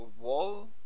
wall